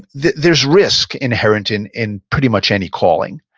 there's risk inherent in in pretty much any calling,